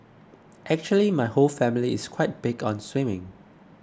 actually my whole family is quite big on swimming